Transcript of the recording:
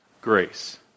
grace